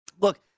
Look